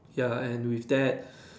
ya and with that